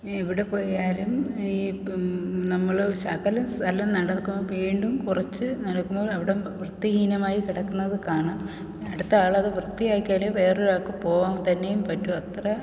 എവിടെപ്പോയാലും ഇപ്പം നമ്മൾ ശകലം സ്ഥലം നടക്കുമ്പോൾ വീണ്ടും കുറച്ച് നടക്കുമ്പോൾ അവിടെ വൃത്തിഹീനമായി കിടക്കുന്നത് കാണാം അടുത്ത ആളത് വൃത്തിയാക്കിയാലെ വേറൊരാൾക്ക് പോകാൻ തന്നേം പറ്റു അത്ര